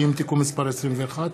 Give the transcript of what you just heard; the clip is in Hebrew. תיקון מס' סליחה,